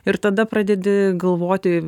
ir tada pradedi galvoti